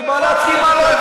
אני בא אל עצמי בטענות.